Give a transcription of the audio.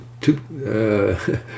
two